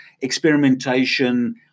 experimentation